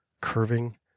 curving